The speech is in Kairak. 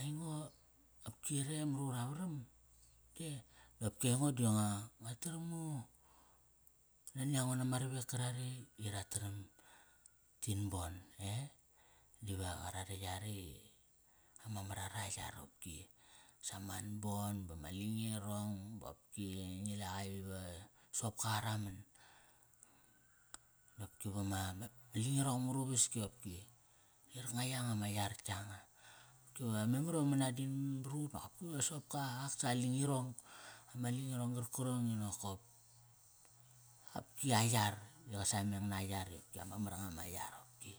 Aingo, qopki re mar ura varam, te dopki aingo di nga, nga taram ngu, nania ngo nama ravek kara re i ngo taram tin bon eh? Diva qara re yare i ma mar ara yar opki saman bon bama lingirong bopki ngi la qa iva soqop ka qa raman. Qopki vama, ma lingirong mar uavaski qopki. Di qarkango yanga ma yar yanga. Ki va memar iva manadin barut noqopki ve soqopka ak sa lingirong. Ma lingirong qarkarong i nokop qopki a yar, i qa sameng na ya. Opki ama mar nga ma yar opki.